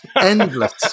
endless